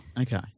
Okay